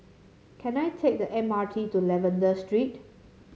can I take the M R T to Lavender Street